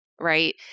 Right